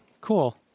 cool